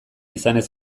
izanez